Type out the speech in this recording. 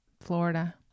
Florida